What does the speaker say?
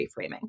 reframing